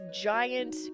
giant